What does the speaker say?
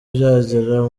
byagera